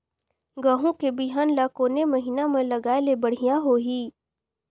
गहूं के बिहान ल कोने महीना म लगाय ले बढ़िया होही?